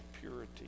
purity